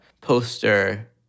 poster